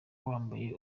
wambaye